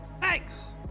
thanks